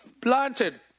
planted